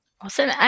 Awesome